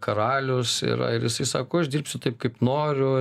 karalius yra ir jisai sako aš dirbsiu taip kaip noriu